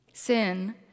Sin